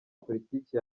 politiki